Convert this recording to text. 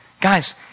guys